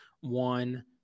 one